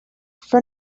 for